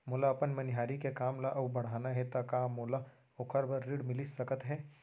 मोला अपन मनिहारी के काम ला अऊ बढ़ाना हे त का मोला ओखर बर ऋण मिलिस सकत हे?